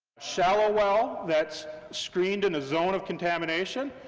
shallow well, that's screened in a zone of contamination,